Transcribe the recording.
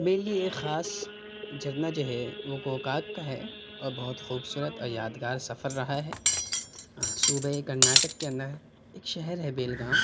میرے لیے ایک خاص جھرنا جو ہے وہ گوکاک کا ہے اور بہت خوبصورت اور یادگار سفر رہا ہے صوبۂ کرناٹک کے اندر ایک شہر ہے بیلگام